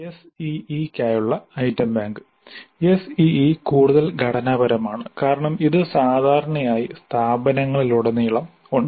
SEE ക്കായുള്ള item bank SEE കൂടുതൽ ഘടനാപരമാണ് കാരണം ഇത് സാധാരണയായി സ്ഥാപനങ്ങളിലുടനീളം ഉണ്ട്